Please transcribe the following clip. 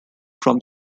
from